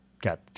got